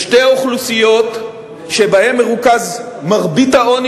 לשתי אוכלוסיות שבהן מרוכזת מרבית העוני